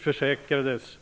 Förra året,